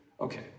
Okay